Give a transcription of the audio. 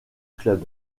club